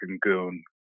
goon